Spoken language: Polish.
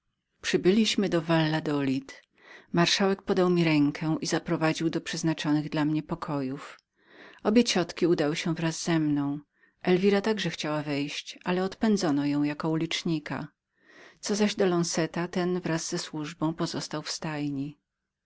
przybyliśmy do valladolid marszałek padałpodał mi rękę i zaprowadził do przeznaczonych dla mnie pokojów obie ciotki udały się wraz ze mną elwira także chciała wejść ale odpędzono ją jako ulicznika co zaś do lonzeta ten wraz z służbą pozostał